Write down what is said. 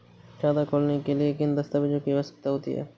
खाता खोलने के लिए किन दस्तावेजों की आवश्यकता होती है?